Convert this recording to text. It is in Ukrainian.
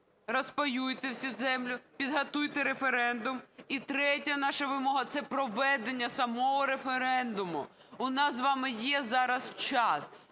розпаюйте цю землю, підготуйте референдум. І третя наша вимога – це проведення самого референдуму. У нас з вами є зараз час,